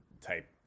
type